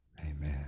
Amen